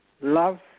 love